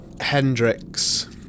Hendrix